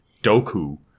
Doku